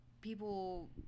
people